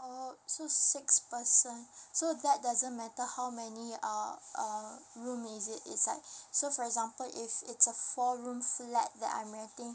oh so six person so that doesn't matter how many uh err room is it inside so for example if it's a four room flat that I'm renting